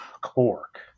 cork